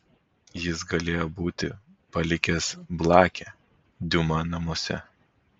jis galėjo būti palikęs blakę diuma namuose